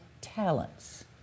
talents